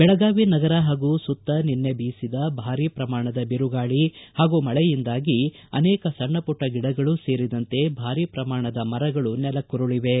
ಬೆಳಗಾವಿ ನಗರ ಹಾಗೂ ಸುತ್ತ ನಿನ್ನೆ ಬೀಸಿದ ಭಾರಿ ಪ್ರಮಾಣದ ಬಿರುಗಾಳಿ ಹಾಗೂ ಮಳೆಯಿಂದಾಗಿ ಅನೇಕ ಸಣ್ಣಮಟ್ಟ ಗಿಡಗಳು ಸೇರಿದಂತೆ ಭಾರೀ ಪ್ರಮಾಣದ ಮರಗಳು ನೆಲಕ್ಕುರಳಿವೆ